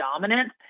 dominant